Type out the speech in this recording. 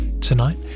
Tonight